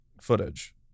footage